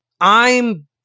I'm-